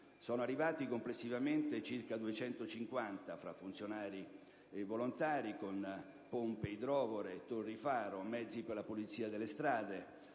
Sono arrivati complessivamente circa 250 tra funzionari e volontari, con pompe idrovore, torri faro, mezzi per la pulizia delle strade.